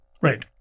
Right